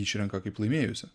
išrenka kaip laimėjusį